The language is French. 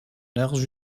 large